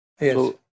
Yes